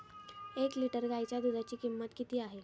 एक लिटर गाईच्या दुधाची किंमत किती आहे?